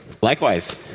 Likewise